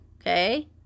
okay